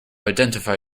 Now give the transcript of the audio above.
identify